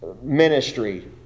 ministry